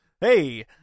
Hey